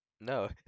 no